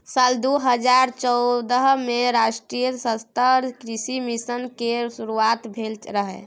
साल दू हजार चौदह मे राष्ट्रीय सतत कृषि मिशन केर शुरुआत भेल रहै